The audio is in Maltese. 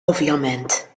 ovvjament